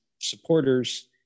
supporters